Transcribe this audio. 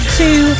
two